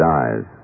eyes